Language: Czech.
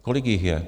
Kolik jich je?